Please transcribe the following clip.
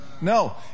No